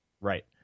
right